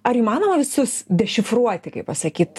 ar įmanoma visus dešifruoti kaip pasakyt